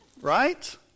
right